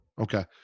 Okay